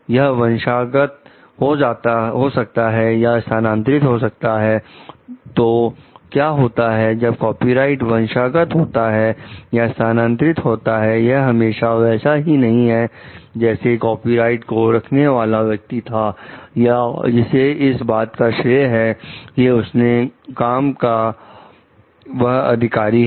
यह वंश गत हो सकता है या स्थानांतरित हो सकता है तो क्या होता है जब कॉपीराइट वंश गत होता है या स्थानांतरित होता है यह हमेशा वैसा ही नहीं है जैसे कॉपीराइट को रखने वाला व्यक्ति था या जिसे इस बात का श्रेय है कि उसके काम का वह अधिकारी है